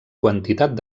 quantitat